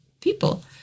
people